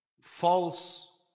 false